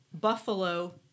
buffalo